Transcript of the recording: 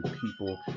people